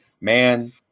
man